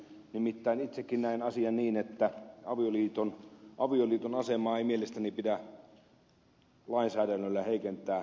nimittäin itsekin näen asian niin että avioliiton asemaa ei mielestäni pidä lainsäädännöllä heikentää